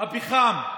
הפחם,